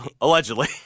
Allegedly